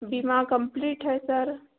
बीमा कंप्लीट है सर